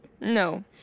No